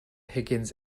higgins